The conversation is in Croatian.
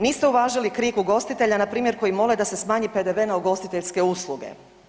Niste uvažili krik ugostitelja npr. koji mole da se smanji PDV na ugostiteljske usluge.